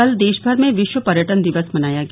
कल देश भर में विश्व पर्यटन दिवस मनाया गया